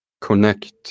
connect